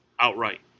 outright